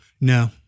No